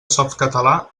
softcatalà